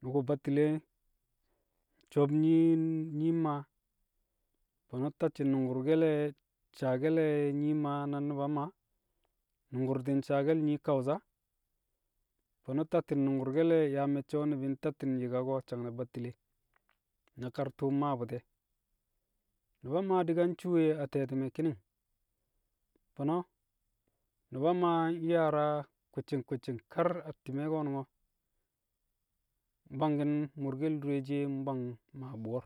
Nyu̱ku̱ battile nsob nyii nyii Maa. Fo̱no̱ tacci̱ nu̱ngku̱rkẹl saake̱le̱ Nyii Maa na Nu̱ba Maa, nu̱ngku̱rti̱n saake̱l Nyii Kausa. Fo̱no̱ tatti̱n nu̱ngku̱rke̱l yaa me̱cce̱ wu̱ ni̱bi̱ tatti̱n yi̱kako̱ sang ne̱ battile na kar tu̱u̱ maa bu̱ti̱ e̱. Nu̱ba Maa di̱ ka ncuwe a te̱ti̱mẹ ki̱ni̱ng, fo̱no̱, Nu̱ba Maa nyaara kwi̱cci̱ng kwi̱cci̱ng a kar a ti̱me̱ ko̱nu̱ngo̱. Mbwangki̱n mu̱rke̱l dure shiye mbwang mmaa buwor.